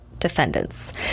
Defendants